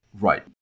Right